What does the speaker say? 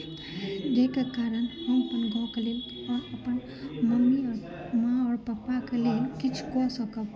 जाहिके कारण हम अपन गाँवके लेल अपन मम्मी माँ आओर पापाके लेल किछु कऽ सकब